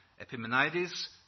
Epimenides